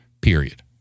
Period